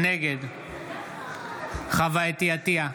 נגד חוה אתי עטייה,